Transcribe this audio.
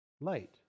light